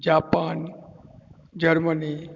Japan Germany